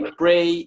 pray